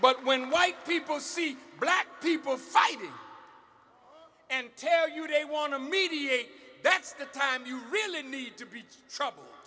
but when white people see black people fighting and tell you they want to mediate that's the time you really need to be trouble